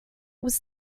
was